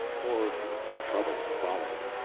or trouble followed.